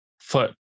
foot